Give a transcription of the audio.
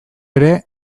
ere